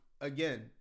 Again